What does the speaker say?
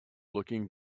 looking